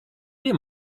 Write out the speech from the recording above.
nie